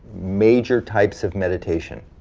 major types of meditation.